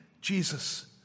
Jesus